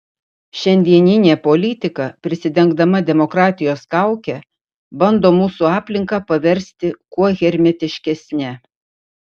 šiandieninė politika prisidengdama demokratijos kauke bando mūsų aplinką paversti kuo hermetiškesne